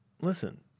listen